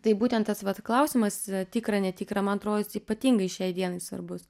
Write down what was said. tai būtent tas vat klausimas tikra netikra man atrodo jis ypatingai šiai dienai svarbus